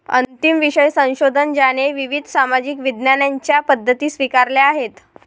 अंतिम विषय संशोधन ज्याने विविध सामाजिक विज्ञानांच्या पद्धती स्वीकारल्या आहेत